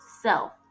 self